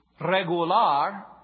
Regular